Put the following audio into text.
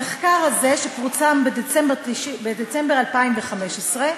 המחקר הזה, שפורסם בדצמבר 2015,